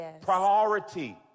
priority